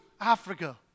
Africa